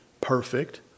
perfect